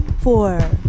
four